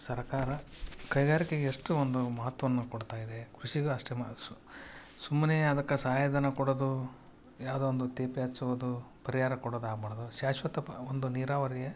ಸರಕಾರ ಕೈಗಾರಿಕೆಗೆ ಎಷ್ಟು ಒಂದು ಮಹತ್ವವನ್ನು ಕೊಡ್ತಾಯಿದೆ ಕೃಷಿಗೂ ಅಷ್ಟೆ ಸುಮ್ಮನೆ ಅದಕ್ಕೆ ಸಹಾಯ ಧನ ಕೊಡೋದು ಯಾವುದೊ ಒಂದು ತೇಪೆ ಹಚ್ಚುವುದು ಪರಿಹಾರ ಕೊಡೋದು ಆಗಬಾರ್ದು ಶಾಶ್ವತ ಪ ಒಂದು ನೀರಾವರಿಯ